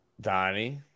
Donnie